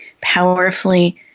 powerfully